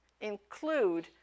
include